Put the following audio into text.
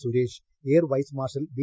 Suresh air vice marshal B